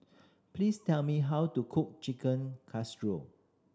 please tell me how to cook Chicken Casserole